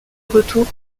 retour